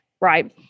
right